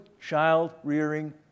child-rearing